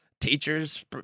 Teachers